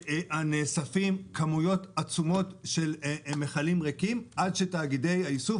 נאספים כמויות של מכלים ריקים עד שתאגידי האיסוף,